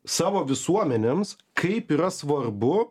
savo visuomenėms kaip yra svarbu